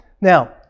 Now